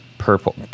purple